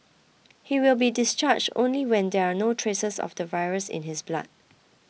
he will be discharged only when there are no traces of the virus in his blood